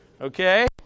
Okay